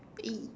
E